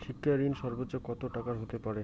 শিক্ষা ঋণ সর্বোচ্চ কত টাকার হতে পারে?